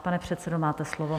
Pane předsedo, máte slovo.